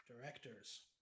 directors